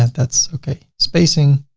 that's okay. spacing.